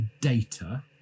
data